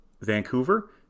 Vancouver